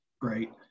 great